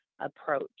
approach